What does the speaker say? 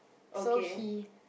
so he